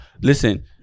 listen